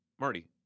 Marty